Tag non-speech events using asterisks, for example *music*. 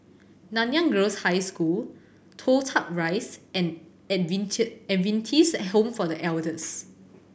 Nanyang Girls' High School Toh Tuck Rise and *unintelligible* Adventist Home for The Elders